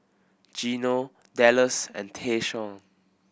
Geno Dallas and Tayshaun